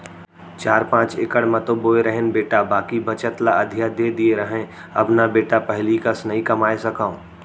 चार पॉंच इकड़ म तो बोए रहेन बेटा बाकी बचत ल अधिया दे दिए रहेंव अब न बेटा पहिली कस नइ कमाए सकव